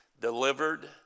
delivered